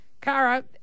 Kara